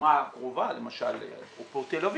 דוגמא קרובה, למשל אפרופו תל אביב,